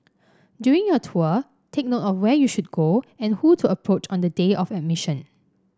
during your tour take note of where you should go and who to approach on the day of admission